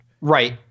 Right